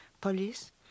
police